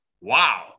wow